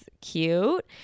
cute